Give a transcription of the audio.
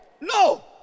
No